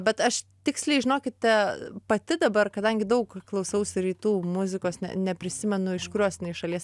bet aš tiksliai žinokite pati dabar kadangi daug klausausi rytų muzikos neprisimenu iš kurios jinai šalies